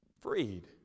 Freed